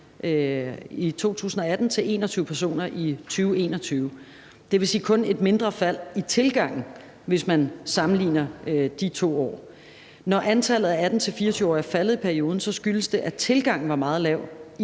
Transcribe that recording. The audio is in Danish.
det var 21 personer i 2021. Det vil sige, at det kun var et mindre fald i tilgangen, hvis man sammenligner de 2 år. Når antallet af 18-24-årige er faldet i perioden, skyldes det, at tilgangen var meget lav